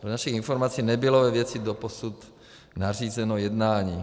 Dle našich informací nebylo ve věci doposud nařízeno jednání.